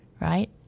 right